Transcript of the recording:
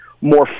more